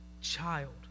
child